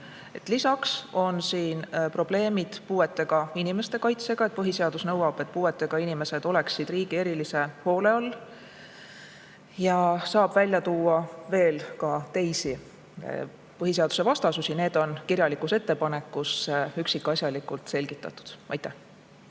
Lisaks on siin probleem puuetega inimeste kaitsega, sest põhiseadus nõuab, et puuetega inimesed oleksid riigi erilise hoole all. Ja saab välja tuua veel ka teisi põhiseadusvastasusi, need on kirjalikus ettepanekus üksikasjalikult selgitatud. Suur